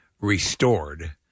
restored